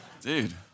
Dude